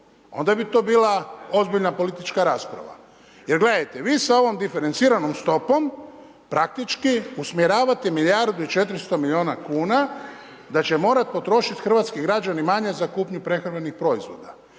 Onda bi to bila ozbiljna politička rasprava jer gledajte, vi sa ovom diferenciranom stopom praktički usmjeravate milijardu i 400 milijuna kuna da će morat potrošiti hrvatski građani manje za kupnju prehrambenih proizvoda.